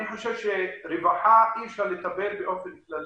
אני חושב שרווחה אי אפשר לטפל באופן כללי,